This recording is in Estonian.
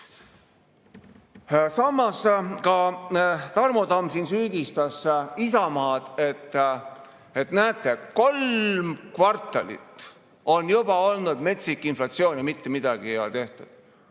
Samas, ka Tarmo Tamm siin süüdistas Isamaad, et näete, kolm kvartalit on juba olnud metsik inflatsioon ja mitte midagi ei ole tehtud.